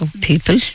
people